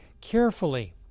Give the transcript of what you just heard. carefully